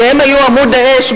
כי הם היו עמוד האש,